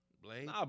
Blade